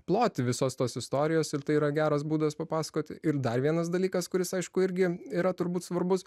plotį visos tos istorijos ir tai yra geras būdas papasakoti ir dar vienas dalykas kuris aišku irgi yra turbūt svarbus